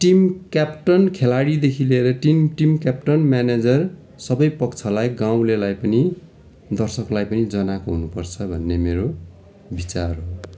team captain खेलाडीदेखि लिएर team team captain manager सबै पक्षलाई गाउँलेलाई पनि दर्शकलाई पनि जनाएको हुनु पर्छ भन्ने मेरो विचार हो